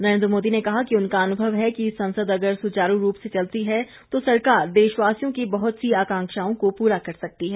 नरेंद्र मोदी ने कहा कि उनका अनुभव है कि संसद अगर सुचारू रूप से चलती है तो सरकार देशवासियों की बहुत सी आकांक्षाओं को पूरा कर सकती है